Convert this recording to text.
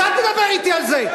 אז אל תדבר אתי על זה.